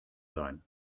sein